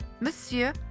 Monsieur